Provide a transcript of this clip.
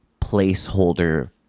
placeholder